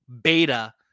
beta